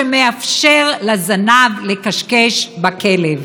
שמאפשר לזנב לכשכש בכלב,